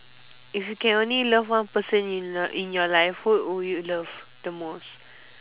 if you can only love one person in your in your life who would you love the most